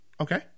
Okay